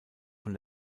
von